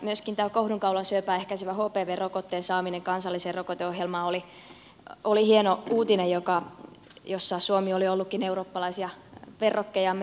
myöskin tämä kohdunkaulan syöpää ehkäisevän hpv rokotteen saaminen kansalliseen rokoteohjelmaan oli hieno uutinen ja siinä suomi oli ollutkin eurooppalaisia verrokkejamme jäljessä